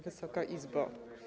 Wysoka Izbo!